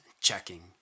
checking